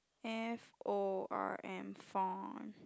F O R M form